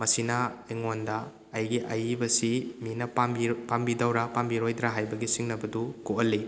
ꯃꯁꯤꯅ ꯑꯩꯉꯣꯟꯗ ꯑꯩꯒꯤ ꯑꯏꯕꯁꯤ ꯃꯤꯅ ꯄꯥꯝꯕꯤꯗꯧꯔꯥ ꯄꯥꯝꯕꯤꯔꯣꯏꯗ꯭ꯔꯥ ꯍꯥꯏꯕꯒꯤ ꯆꯤꯡꯅꯕꯗꯨ ꯀꯣꯛꯍꯜꯂꯤ